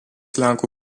lenkų